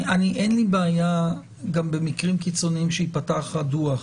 אין לי בעיה גם במקרים קיצוניים שייפתח הדוח,